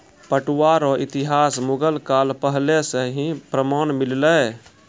पटुआ रो इतिहास मुगल काल पहले से ही प्रमान मिललै